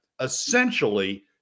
essentially